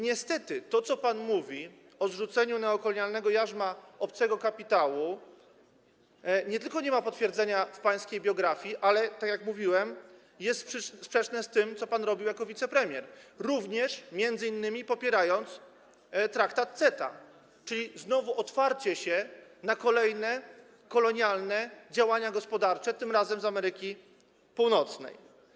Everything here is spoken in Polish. Niestety to, co pan mówił o zrzuceniu neokolonialnego jarzma obcego kapitału, nie tylko nie ma potwierdzenia w pańskiej biografii, ale tak jak mówiłem, jest sprzeczne z tym, co pan robił jako wicepremier, m.in. popierając traktat CETA, czyli następne otwarcie się na kolejne kolonialne działania gospodarcze, tym razem z Ameryki Północnej.